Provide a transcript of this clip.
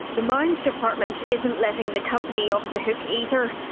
the mines department isn't letting the company off the hook either.